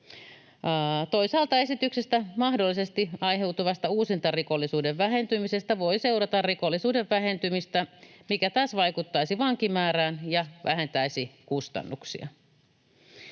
Toisaalta esityksestä mahdollisesti aiheutuvasta uusintarikollisuuden vähentymisestä voi seurata rikollisuuden vähentymistä, mikä taas vaikuttaisi vankimäärään ja vähentäisi kustannuksia.